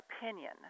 opinion